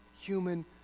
human